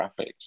graphics